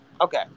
Okay